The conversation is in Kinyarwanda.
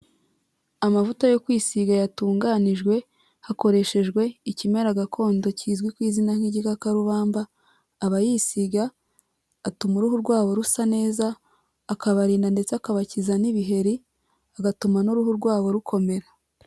Amavuta yo kwisiga yatunganijwe hakoreshejwe ikimera gakondo kizwi ku izina nk'igikakarubamba, abayisiga atuma uruhu rwabo rusa neza, akabarinda ndetse akabakiza n'ibiheri, agatuma n'uruhu rwabo rukomera.